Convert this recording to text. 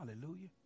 Hallelujah